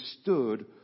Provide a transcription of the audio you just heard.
stood